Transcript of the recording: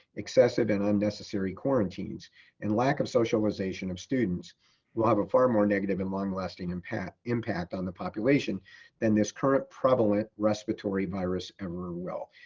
excessive and unnecessary quarantines and lack of socialization of students will have a far more negative and long lasting impact impact on the population than this current prevalent respiratory virus ever will.